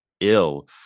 ill